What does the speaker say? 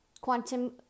quantum